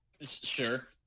sure